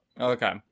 okay